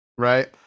Right